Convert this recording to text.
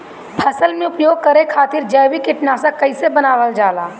फसल में उपयोग करे खातिर जैविक कीटनाशक कइसे बनावल जाला?